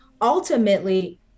ultimately